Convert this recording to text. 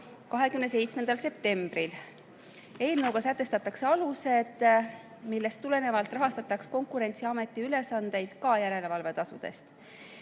27. septembril. Eelnõus on kirjas alused, millest tulenevalt rahastataks Konkurentsiameti ülesandeid ka järelevalvetasudest.